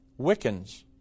Wiccans